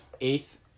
Eighth